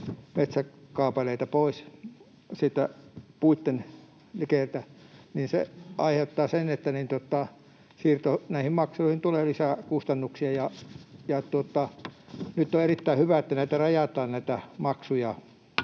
metsäkaapeleita pois puitten likeltä. Se aiheuttaa sen, että näihin siirtomaksuihin tulee lisää kustannuksia, ja nyt on erittäin hyvä, että näitä maksuja rajataan